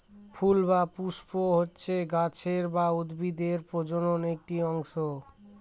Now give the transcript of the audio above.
ফুল বা পুস্প হচ্ছে গাছের বা উদ্ভিদের প্রজনন একটি অংশ